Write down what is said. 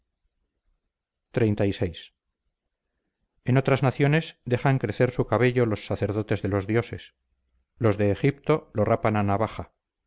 esta obligación xxxvi en otras naciones dejan crecer su cabello los sacerdotes de los dioses los de egipto lo rapan a navaja